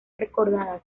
recordadas